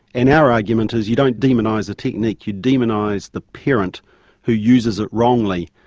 and our argument is, you don't demonise a technique you demonise the parent who uses it wrongly.